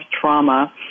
trauma